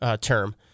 term